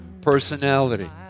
personality